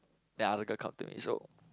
that other girl come to me so